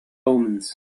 omens